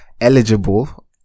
eligible